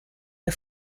der